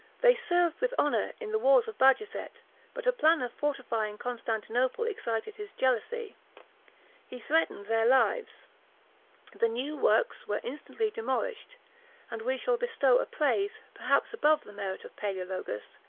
they served with honor in the wars of bajazet but a plan of fortifying constantinople excited his jealousy he threatened their lives the new works were instantly demolished and we shall bestow a praise, perhaps above the merit of palaeologus,